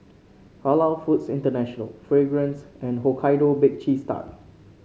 Halal Foods International Fragrance and Hokkaido Bake Cheese Tart